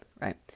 right